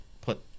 put